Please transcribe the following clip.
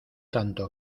tanto